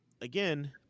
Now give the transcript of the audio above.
again